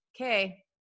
okay